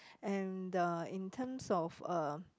and the in terms of a